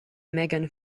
megan